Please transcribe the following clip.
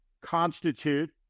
constitute